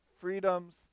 freedoms